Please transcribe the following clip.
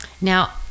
now